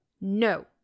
No